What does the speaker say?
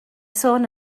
sôn